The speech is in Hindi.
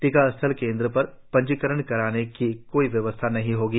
टीकास्थल केन्द्र पर पंजीकरण कराने की कोई व्यवस्था नहीं होगी